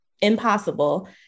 impossible